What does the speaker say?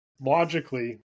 logically